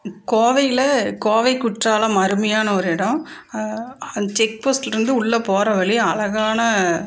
கோவையில் கோவை குற்றாலம் அருமையான ஒரு இடம் அந் செக்போஸ்டிலிருந்து உள்ளே போகிற வழியும் அழகான